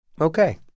okay